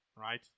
right